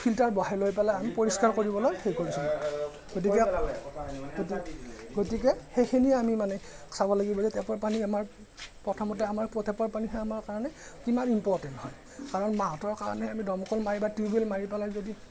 filter বহাই লৈ পেলাই আমি পৰিষ্কাৰ কৰিবলৈ হেৰি কৰিছোঁ গতিকে গতি গতিকে সেইখিনি আমি মানে চাব লাগিব যে টেপৰ পানী আমাৰ প্ৰথমতে আমাৰ টেপৰ পানীখিনি আমাৰ কাৰণে কিমান ইম্প'ৰটেণ্ট হয় কাৰণ মাহঁতৰ কাৰণে আমি দমকল মাৰি বা টিউবেল মাৰি পেলাই যদি